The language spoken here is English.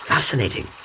Fascinating